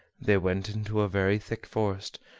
they went into a very thick forest,